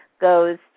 goes